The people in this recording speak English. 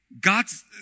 God's